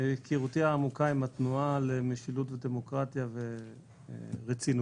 מהיכרותי העמוקה עם התנועה למשילות ודמוקרטיה ורצינותה,